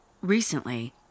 Recently